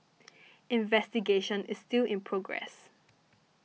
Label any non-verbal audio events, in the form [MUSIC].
[NOISE] investigation is still in progress